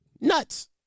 nuts